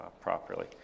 properly